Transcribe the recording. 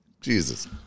Jesus